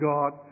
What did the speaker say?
God